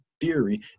theory